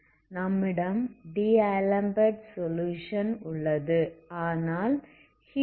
நம்மிடம் d'Alembert solution உள்ளது